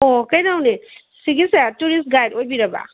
ꯑꯣ ꯀꯩꯅꯣꯅꯦ ꯁꯤꯒꯤꯁꯦ ꯇꯨꯔꯤꯁ ꯒꯥꯏꯗ ꯑꯣꯏꯕꯤꯔꯕ